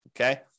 Okay